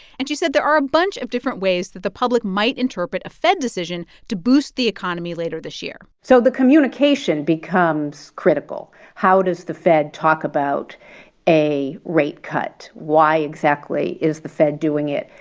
and she said there are a bunch of different ways that the public might interpret a fed decision to boost the economy later this year so the communication becomes critical. how does the fed talk about a rate cut? why exactly is the fed doing it?